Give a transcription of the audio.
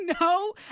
no